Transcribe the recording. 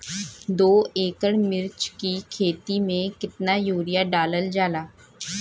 दो एकड़ मिर्च की खेती में कितना यूरिया डालल जाला?